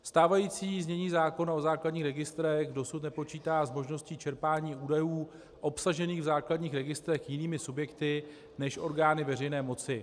Stávající znění zákona o základních registrech dosud nepočítá s možností čerpání údajů obsažených v základních registrech jinými subjekty než orgány veřejné moci.